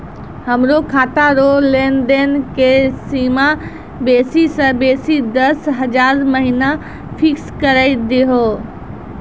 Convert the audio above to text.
हमरो खाता रो लेनदेन के सीमा बेसी से बेसी दस हजार महिना फिक्स करि दहो